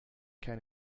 can